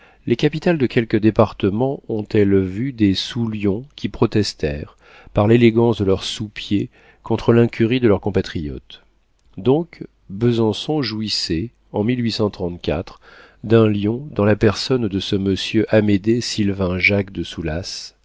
les capitales de quelques départements ont-elles vu des sous lions qui protestèrent par l'élégance de leurs sous-pieds contre l'incurie de leurs compatriotes donc besançon jouissait en d'un lion dans la personne de ce monsieur amédée sylvain jacques de soulas